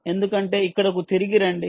ఎందుకంటే ఇక్కడకు తిరిగి రండి